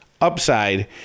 upside